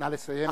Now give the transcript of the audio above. נא לסיים.